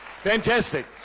Fantastic